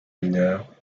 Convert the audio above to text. mineurs